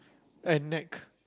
and neck